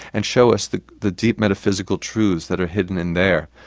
and show us the the deep metaphysical truths that are hidden in there.